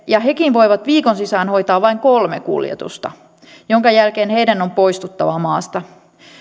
ja hekin voivat viikon sisään hoitaa vain kolme kuljetusta minkä jälkeen heidän on poistuttava maasta